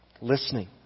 Listening